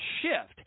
shift